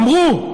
אמרו,